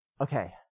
okay